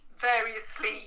variously